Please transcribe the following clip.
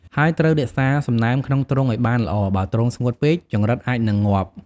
ហើយត្រូវរក្សាសំណើមក្នុងទ្រុងឲ្យបានល្អ បើទ្រុងស្ងួតពេក ចង្រិតអាចនឹងងាប់។